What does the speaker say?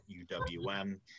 UWM